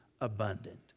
abundant